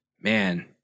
Man